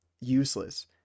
useless